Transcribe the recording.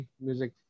music